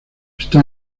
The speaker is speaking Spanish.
está